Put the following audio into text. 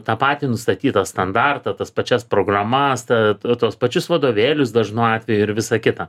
tą patį nustatytą standartą tas pačias programas tas tuos pačius vadovėlius dažnu atveju ir visą kitą